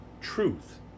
truth